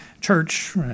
church